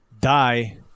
die